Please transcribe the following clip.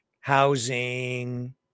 housing